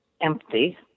empty